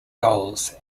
goals